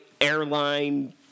airline